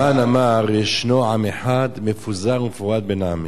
המן אמר: "ישנו עם אחד מפוזר ומפורד בין העמים".